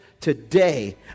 today